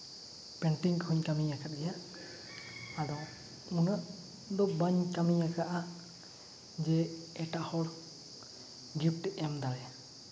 painting ᱠᱚᱦᱚᱸᱧ ᱠᱟᱹᱢᱤ ᱟᱠᱟᱫ ᱜᱮᱭᱟ ᱟᱫᱚ ᱩᱱᱟᱹᱜ ᱫᱚ ᱵᱟᱹᱧ ᱠᱟᱹᱢᱤ ᱟᱠᱟᱜᱼᱟ ᱡᱮ ᱮᱴᱟᱜ ᱦᱚᱲ ᱜᱤᱯᱷᱴᱤᱧ ᱮᱢ ᱫᱟᱲᱮᱭᱟ